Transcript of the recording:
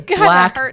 black